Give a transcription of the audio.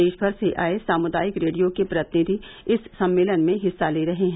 देश भर से आये सामुदायिक रेडियो के प्रतिनिधि इस सम्मेलन में हिस्सा ले रहे हैं